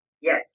Yes